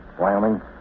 Wyoming